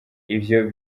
ivyo